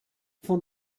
von